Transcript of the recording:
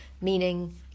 meaning